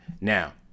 Now